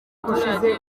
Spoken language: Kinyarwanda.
baturage